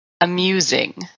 amusing